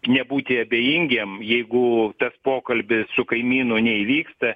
nebūti abejingiem jeigu tas pokalbis su kaimynu neįvyksta